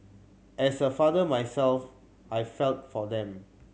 as a father myself I felt for them